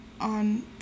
on